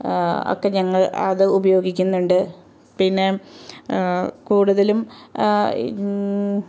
ഒക്കെ ഞങ്ങൾ അത് ഉപയോഗിക്കുന്നൂണ്ട് പിന്നെ കൂട്തലും